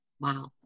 Wow